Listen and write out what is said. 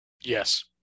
Yes